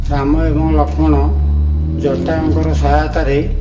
ରାମ ଏବଂ ଲକ୍ଷ୍ମଣ ଜଟାୟୁଙ୍କର ସହାୟତାରେ